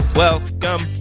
Welcome